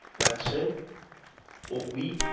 that said what we